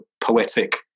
poetic